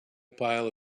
pile